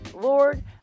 Lord